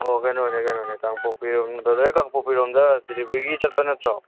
ꯑꯣ ꯀꯩꯅꯣꯅꯦ ꯀꯩꯅꯣꯅꯦ ꯀꯥꯡꯄꯣꯛꯄꯤꯔꯣꯝ ꯕ꯭ꯔꯗꯔ ꯀꯥꯡꯄꯣꯛꯄꯤꯔꯣꯝꯗ ꯗꯦꯂꯤꯕꯔꯤꯒꯤ ꯆꯠꯄ ꯅꯠꯇ꯭ꯔꯣ